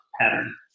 pattern